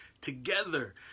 Together